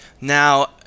Now